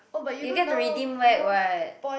you get to redeem back what